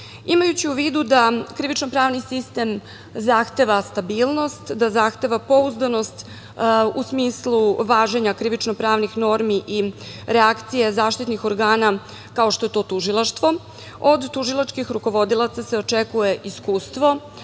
organa. Imajući u vidu da krivično pravni sistem zahteva stabilnost, da zahteva pouzdanost u smislu važenja krivično-pravnih normi i reakcija zaštitnih organa, kao što je to Tužilaštvo od tužilačkih rukovodilaca se očekuje iskustvo,